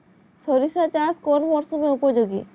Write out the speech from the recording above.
সরিষা চাষ কোন মরশুমে উপযোগী?